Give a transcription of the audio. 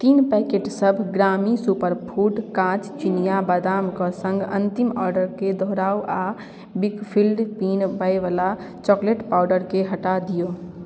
तीन पैकेटसब Grami superfood काँच चिनिआ बदामके सङ्ग अन्तिम ऑडरके दोहराउ आओर वीकफील्ड पीनपैवला चॉकलेट पावडरके हटा दिऔ